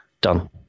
Done